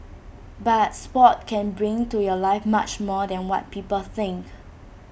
but Sport can bring to your life much more than what people think